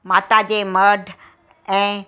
माता जे मड ऐं